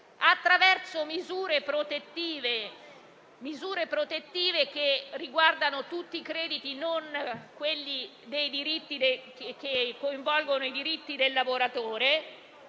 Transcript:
attraverso misure protettive che riguardano tutti i crediti che coinvolgono i diritti del lavoratore